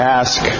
ask